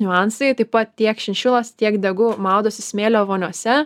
niuansai taip pat tiek šinšilos tiek degu maudosi smėlio voniose